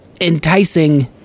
enticing